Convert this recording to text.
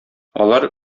алар